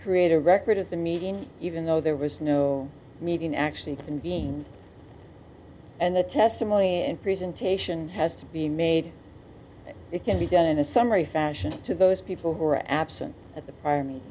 create a record of the meeting even though there was no meeting actually to convene and the testimony and presentation has to be made it can be done in a summary fashion to those people who are absent at the